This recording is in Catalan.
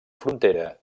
frontera